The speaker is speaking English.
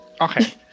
Okay